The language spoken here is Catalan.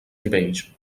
nivells